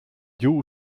giu